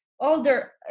Older